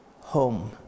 home